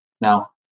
Now